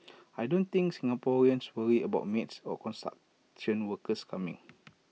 I don't think Singaporeans worry about maids or construction workers coming